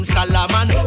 Salaman